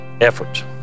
effort